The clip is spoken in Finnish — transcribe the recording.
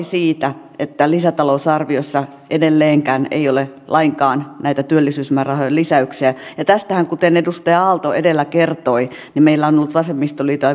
siitä että lisätalousarviossa edelleenkään ei ole lainkaan näitä työllisyysmäärärahojen lisäyksiä tästähän kuten edustaja aalto edellä kertoi meillä on ollut vasemmistoliiton